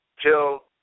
till